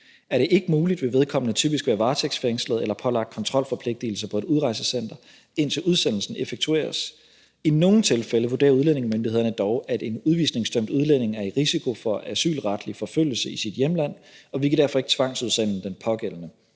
Er det ikke muligt, vil vedkommende typisk være varetægtsfængslet eller pålagt kontrolforpligtigelse på et udrejsecenter, indtil udsendelsen effektueres. I nogle tilfælde vurderer udlændingemyndighederne dog, at en udvisningsdømt udlænding er i risiko for asylretlig forfølgelse i sit hjemland, og vi kan derfor ikke tvangsudsende den pågældende,